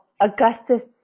Augustus